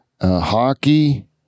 hockey